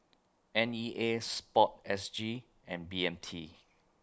N E A Sport S G and B M T